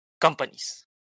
companies